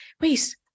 wait